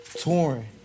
touring